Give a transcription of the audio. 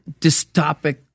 dystopic